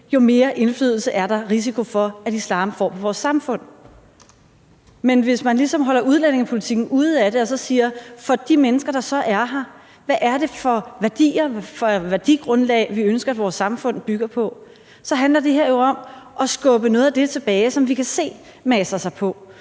jo mere indflydelse er der risiko for at islam får på vores samfund. Men hvis man ligesom holder udlændingepolitikken ude af det og så spørger – med de mennesker, der så er her – hvad det er for et værdigrundlag, vi ønsker at vores samfund bygger på, så handler det jo om at skubbe noget af det tilbage, som vi kan se maser sig på.